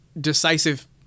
decisive